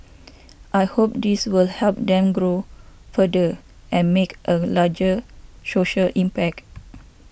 I hope this will help them grow further and make a larger social impact